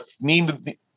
need